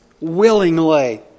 willingly